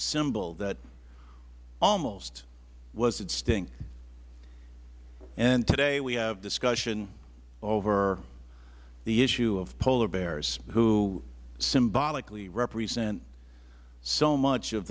symbol that almost was extinct today we have discussion over the issue of polar bears who symbolically represent so much of